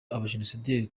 abajenosideri